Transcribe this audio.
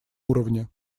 уровне